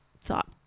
thought